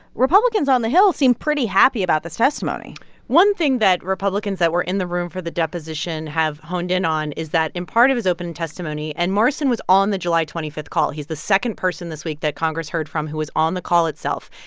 republicans on the hill seem pretty happy about this testimony one thing that republicans that were in the room for the deposition have honed in on is that in part of his open testimony and morrison was on the july twenty five call. he's the second person this week that congress heard from who was on the call itself.